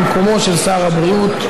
במקומו של שר הבריאות,